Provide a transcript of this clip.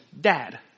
dad